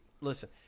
Listen